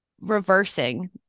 reversing